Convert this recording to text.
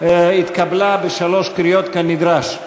התקבלה בשלוש קריאות כנדרש.